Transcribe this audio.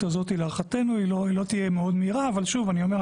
הזאת להערכתנו לא תהיה מאוד מהירה אבל שוב אני אומר,